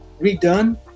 redone